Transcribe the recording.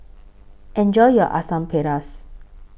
Enjoy your Asam Pedas